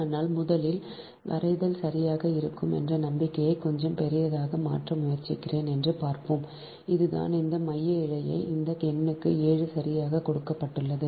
ஆனால் முதலில் வரைதல் சரியாக இருக்கும் என்ற நம்பிக்கையை கொஞ்சம் பெரியதாக மாற்ற முயற்சிக்கிறேன் என்று பார்ப்போம் இதுதான் இந்த மைய இழை இந்த எண்ணுக்கு 7 சரியாக கொடுக்கப்பட்டுள்ளது